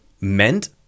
meant